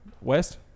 West